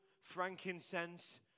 frankincense